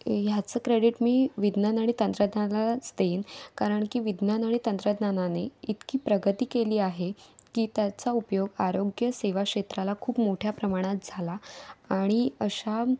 ह्याचं क्रेडिट मी विज्ञान आणि तंत्रज्ञानालाच देईन कारण की विज्ञान आणि तंत्रज्ञानाने इतकी प्रगती केली आहे की त्याचा उपयोग आरोग्यसेवा क्षेत्राला खूप मोठ्या प्रमाणात झाला आणि अशा